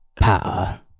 Power